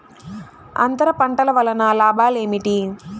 అంతర పంటల వలన లాభాలు ఏమిటి?